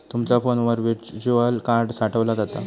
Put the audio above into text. तुमचा फोनवर virtual card साठवला जाता